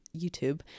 YouTube